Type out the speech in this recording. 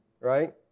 right